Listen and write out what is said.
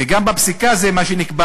וגם בפסיקה זה מה שנקבע: